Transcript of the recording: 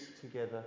together